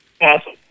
Awesome